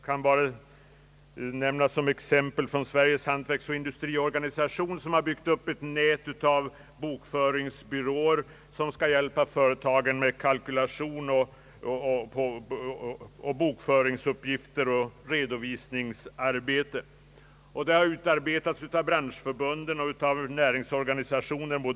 Jag kan som exempel nämna att Sveriges hantverksoch industriorganisation har byggt upp ett nät av bokföringsbyråer som skall hjälpa företagen med kalkylations-, bokföringsoch redovisningsarbete. Moderna kontoplaner har utarbetats av branschförbund och näringslivsorganisationer.